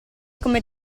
come